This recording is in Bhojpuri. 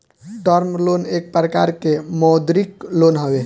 टर्म लोन एक प्रकार के मौदृक लोन हवे